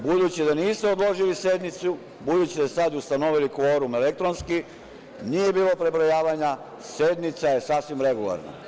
Budući da niste odložili sednicu, budući da ste sad ustanovili kvorum elektronski, nije bilo prebrojavanja, sednica je sasvim regularna.